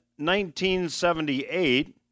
1978